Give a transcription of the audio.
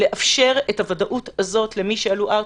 לאפשר את הוודאות הזו למי שעלו לארצה.